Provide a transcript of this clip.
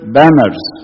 banners